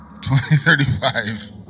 2035